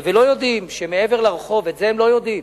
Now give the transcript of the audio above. ולא יודעים שמעבר לרחוב, את זה הם לא יודעים,